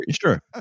sure